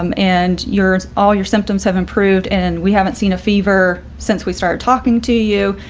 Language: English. um and you're all your symptoms have improved, and we haven't seen a fever since we started talking to you.